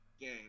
game